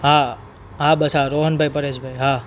હા બસ હા રોહનભાઈ પરેશભાઈ હા